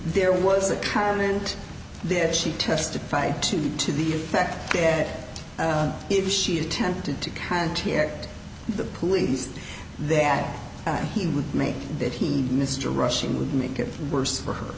there was a current there she testified to to the effect that if she attempted to contact the police that he would make that he mr rushing would make it worse for her